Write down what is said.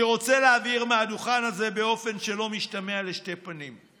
אני רוצה להבהיר מהדוכן הזה באופן שלא משתמע לשתי פנים,